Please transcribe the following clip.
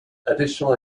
additional